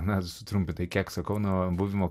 na sutrumpintai kekso kauno buvimo